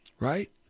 Right